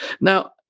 Now